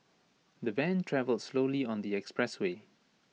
the van travelled slowly on the expressway